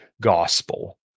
gospel